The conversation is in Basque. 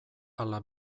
ala